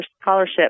scholarship